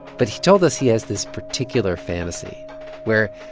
but he told us he has this particular fantasy where,